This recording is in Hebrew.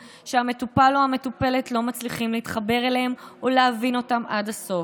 שהמטופל או המטופלת לא מצליחים להתחבר אליהם או להבין אותם עד הסוף,